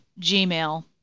Gmail